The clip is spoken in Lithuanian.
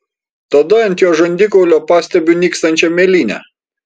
tada ant jo žandikaulio pastebiu nykstančią mėlynę